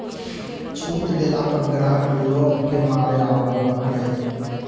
छुट देला पर ग्राहक लोभ के मारे आवो हकाई